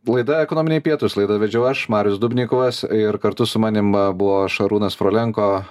laida ekonominiai pietūs laidą vedžiau aš marius dubnikovas ir kartu su manim buvo šarūnas frolenko